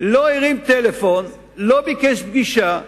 לא הרים טלפון, לא ביקש פגישה,